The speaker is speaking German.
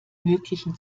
möglichen